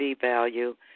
value